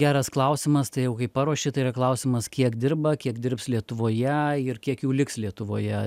geras klausimas tai jau kai paruoši tai yra klausimas kiek dirba kiek dirbs lietuvoje ir kiek jų liks lietuvoje